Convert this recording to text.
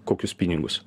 kokius pinigus